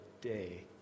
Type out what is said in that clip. day